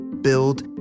build